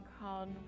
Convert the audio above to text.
called